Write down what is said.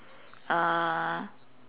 uh